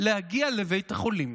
להגיע לבית החולים,